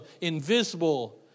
invisible